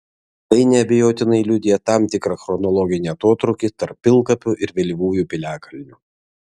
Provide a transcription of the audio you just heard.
tai neabejotinai liudija tam tikrą chronologinį atotrūkį tarp pilkapių ir vėlyvųjų piliakalnių